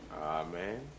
Amen